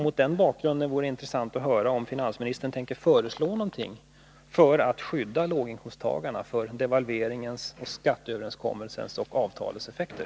Mot den bakgrunden vore det intressant att höra om finansministern tänker föreslå någonting för att skydda låginkomsttagarna mot devalveringens, skatteöverenskommelsens och avtalsrörelsens effekter.